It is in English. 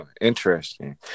Interesting